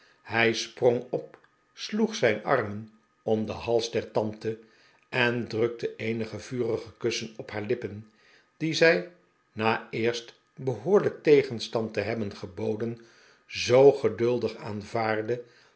hij sprong op sloeg zijn armen om den hals der tante en drukte eenige vurige kussen op haar lippen die zij na eerst behoorlijk tegenstand te hebben geboden zoo geduldig aanvaardde